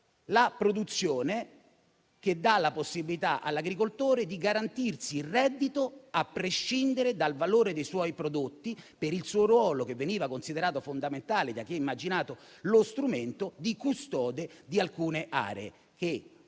la produzione, che dà la possibilità all'agricoltore di garantirsi il reddito a prescindere dal valore dei suoi prodotti, per il suo ruolo che veniva considerato fondamentale da chi ha immaginato lo strumento di custode di alcune aree.